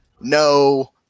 No